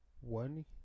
one